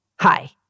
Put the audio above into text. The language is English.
Hi